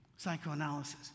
psychoanalysis